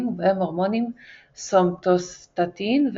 ובהם ההורמונים סומטוסטטין ודופמין.